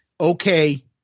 okay